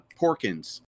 Porkins